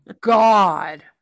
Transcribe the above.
god